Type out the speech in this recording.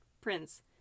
prince